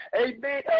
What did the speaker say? Amen